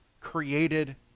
created